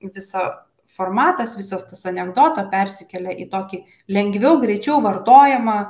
visa formatas visas tas anekdoto persikelia į tokį lengviau greičiau vartojamą